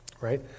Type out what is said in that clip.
right